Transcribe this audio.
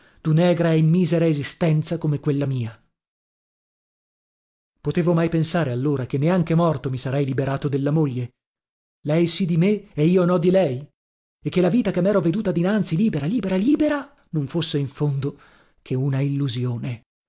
debiti dunegra e misera esistenza come quella mia potevo mai pensare allora che neanche morto mi sarei liberato della moglie lei sì di me e io no di lei e che la vita che mero veduta dinanzi libera libera libera non fosse in fondo che una illusione